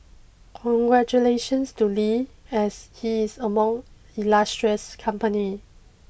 congratulations to Lee as he is among illustrious company